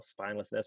spinelessness